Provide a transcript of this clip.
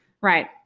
Right